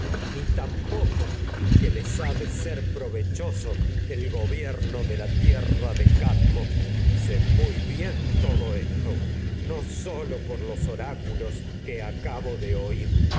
ni tampoco que les ha de ser prove choso el gobierno de la tierra de cadmo sé muy bien todo esto no sólo por los oráculos que acabo de oir